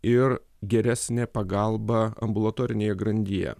ir geresnė pagalba ambulatorinėje grandyje